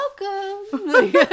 welcome